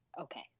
okay